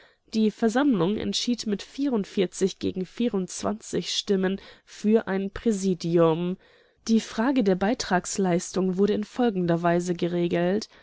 die versammlung entschied mit gegen stimmen für ein präsidium die frage der beitragsleistung wurde in folgender weise geregelt